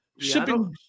Shipping